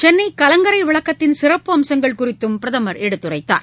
சென்னைகலங்கரைவிளக்கத்தின் சிறப்பம்சங்கள் குறித்தும் பிரதமர் எடுத்துரைத்தார்